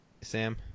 Sam